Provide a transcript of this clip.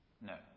No